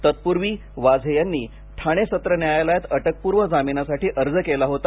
तत्पूर्वी वाझे यांनी ठाणे सत्र न्यायालयात अटकपूर्व जामीनासाठी अर्ज केला होता